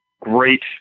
great